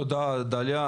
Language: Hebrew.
תודה, דליה.